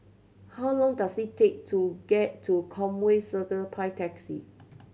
how long does it take to get to Conway Circle by taxi